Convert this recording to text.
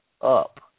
up